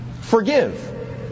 Forgive